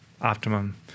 optimum